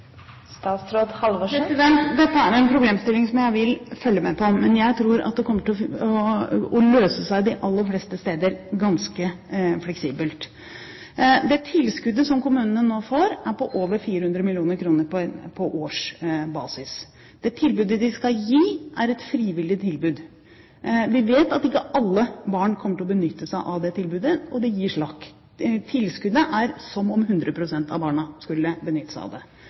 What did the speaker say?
Dette er en problemstilling som jeg vil følge med på, men jeg tror at det kommer til å løse seg ganske fleksibelt de aller fleste steder. Det tilskuddet som kommunene nå får, er på over 400 mill. kr på årsbasis. Det tilbudet de skal gi, er et frivillig tilbud. Vi vet at ikke alle barn kommer til å benytte seg av det tilbudet, og det gir slakk. Tilskuddet er som om 100 pst. av barna skulle benytte seg av det.